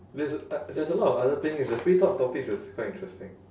there's a uh there's a lot of other things the free talk topics is quite interesting